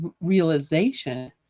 realization